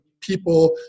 people